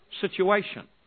situation